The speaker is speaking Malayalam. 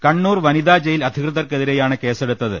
കണ്ണൂർ വനിതാ ജയിൽ അധികൃതർക്കെതിരെ യാണ് കേസെടുത്തത്